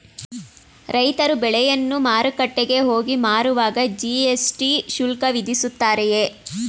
ರೈತರು ಬೆಳೆಯನ್ನು ಮಾರುಕಟ್ಟೆಗೆ ಹೋಗಿ ಮಾರುವಾಗ ಜಿ.ಎಸ್.ಟಿ ಶುಲ್ಕ ವಿಧಿಸುತ್ತಾರೆಯೇ?